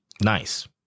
Nice